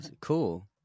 Cool